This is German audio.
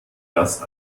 das